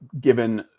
given